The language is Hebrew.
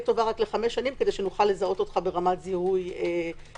תהיה טובה רק לחמש שנים כדי שנוכל לזהות אותך ברמת זיהוי טובה.